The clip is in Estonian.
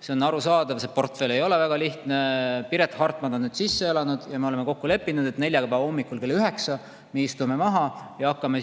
see on arusaadav, see portfell ei ole väga lihtne. Piret Hartman on nüüd sisse elanud ja me oleme kokku leppinud, et neljapäeva hommikul kell 9 istume maha ja hakkame